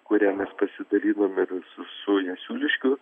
kurią mes pasidalinom ir su su jasiuliškių